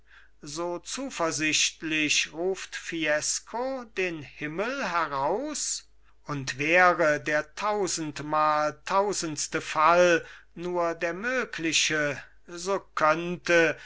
so zuversichtlich ruft fiesco den himmel heraus und wäre der tausendmaltausendste fall nur der mögliche so könnte